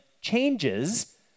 changes